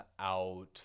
out